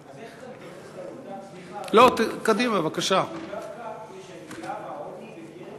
איך אתה מתייחס לעובדה שדווקא יש עלייה בעוני בקרב זוגות ששניהם עובדים?